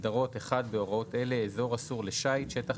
הגדרות 1. בהוראות אלה "אזור אסור לשיט" שטח